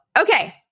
Okay